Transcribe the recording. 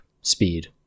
speed